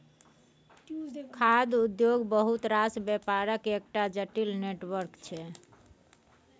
खाद्य उद्योग बहुत रास बेपारक एकटा जटिल नेटवर्क छै